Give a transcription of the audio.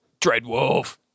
Dreadwolf